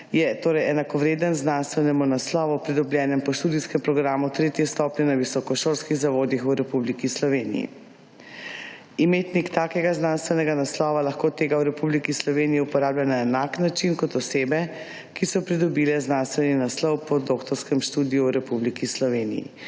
je torej enakovreden znanstvenemu naslovu pridobljenem po študijskem programu tretje stopnje na visokošolskih zavodih v Republiki Sloveniji. Imetnik takega znanstvenega naslova lahko tega v Republiki Sloveniji uporablja na enak način kot osebe, ki so pridobile znanstveni naslov po doktorskem študiju v Republiki Sloveniji.